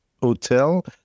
hotel